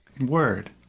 word